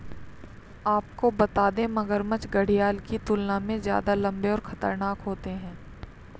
आपको बता दें, मगरमच्छ घड़ियाल की तुलना में ज्यादा लम्बे और खतरनाक होते हैं